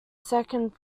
second